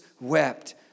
wept